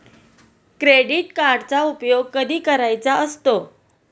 Credit कार्डचा उपयोग कधी करायचा असतो?